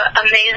amazing